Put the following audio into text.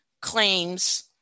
claims